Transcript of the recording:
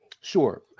Sure